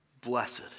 blessed